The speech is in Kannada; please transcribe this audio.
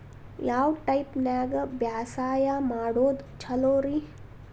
ಯಾವ ಟೈಪ್ ನ್ಯಾಗ ಬ್ಯಾಸಾಯಾ ಮಾಡೊದ್ ಛಲೋರಿ?